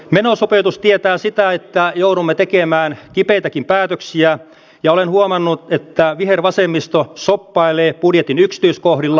menosopeutus tietää sitä että joudumme tekemään kipeitäkin päätöksiä ja olen huomannut että vihervasemmisto shoppailee budjetin yksityiskohdilla